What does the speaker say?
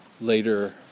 later